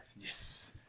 Yes